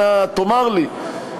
אנא תאמר לי,